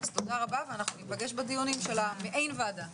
אז תודה רבה ואנחנו ניפגש בדיונים של המעין ועדה.